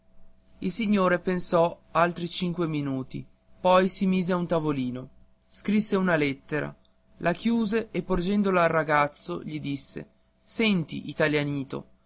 il signore pensò altri cinque minuti poi si mise a un tavolino scrisse una lettera la chiuse e porgendola al ragazzo gli disse senti italianito